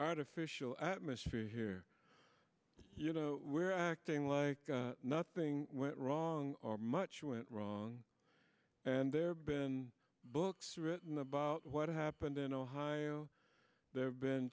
artificial atmosphere here you know where acting like nothing went wrong or much went wrong and there been books written about what happened in ohio there